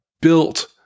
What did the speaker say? built